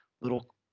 little